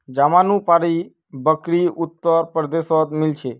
जमानुपारी बकरी उत्तर प्रदेशत मिल छे